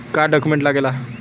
का डॉक्यूमेंट लागेला?